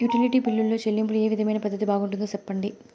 Utility బిల్లులో చెల్లింపులో ఏ విధమైన పద్దతి బాగుంటుందో సెప్పండి?